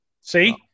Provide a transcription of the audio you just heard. see